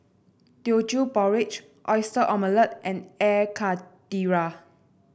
Teochew Porridge Oyster Omelette and Air Karthira